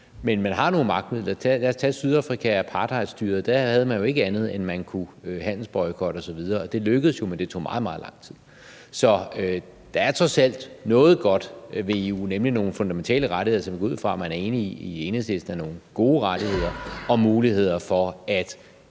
men man har nogle magtmidler. Lad os tage Sydafrika og apartheidstyret, for der havde man ikke andet, end at man kunne handelsboykotte osv., og det lykkedes jo, men det tog meget, meget lang tid. Så der er trods alt noget godt ved EU, nemlig nogle fundamentale rettigheder, som jeg går ud fra at man i Enhedslisten er enig i er nogle gode rettigheder og muligheder for at